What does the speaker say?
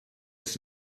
ist